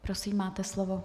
Prosím, máte slovo.